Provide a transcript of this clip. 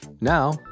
Now